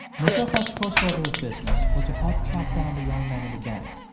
mosoka's first order of business was to help track down the young men in the gang.